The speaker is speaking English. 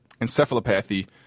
encephalopathy